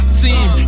team